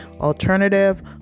alternative